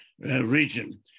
region